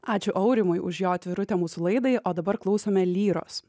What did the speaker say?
ačiū aurimui už jo atvirutę mūsų laidai o dabar klausome lyros